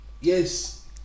Yes